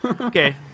Okay